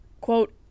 quote